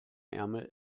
ärmel